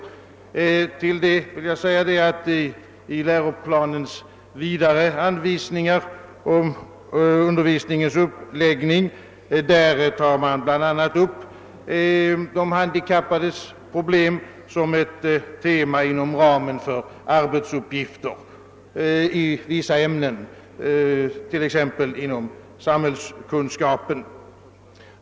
Jag vill med anledning härav peka på att man i läroplanens allmänna anvisningar om undervisningens uppläggning bl.a. tagit upp de handikappades problem såsom ett tema inom ramen för arbetsuppgifter i vissa ämnen, t.ex. inom samhällskunskapen.